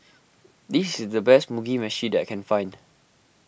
this is the best Mugi Meshi that I can find